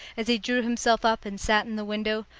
as he drew himself up and sat in the window.